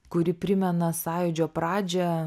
kuri primena sąjūdžio pradžią